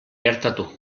gertatu